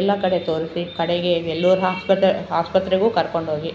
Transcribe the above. ಎಲ್ಲ ಕಡೆ ತೋರಿಸಿ ಕಡೆಗೆ ವೆಲ್ಲೂರ್ ಆಸ್ಪತ್ರೆ ಆಸ್ಪತ್ರೆಗೂ ಕರ್ಕೊಂಡೋಗಿ